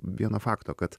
vieno fakto kad